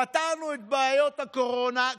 פתרנו את בעיות הקורונה,